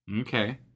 Okay